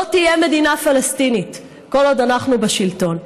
לא תהיה מדינה פלסטינית כל עוד אנחנו בשלטון.